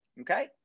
okay